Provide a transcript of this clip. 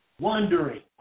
wondering